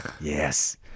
Yes